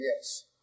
Yes